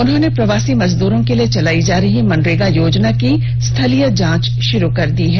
उन्होंने प्रवासी मजदूरों के लिए चलायी जा रही मनरेगा योजना की स्थलीय जाँच शुरू कर दी है